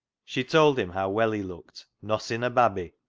she told him how well he looked nossing a babby,